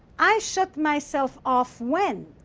i shut myself off when.